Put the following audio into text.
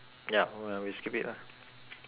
ya w~ we skip it lah